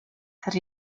that